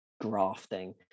grafting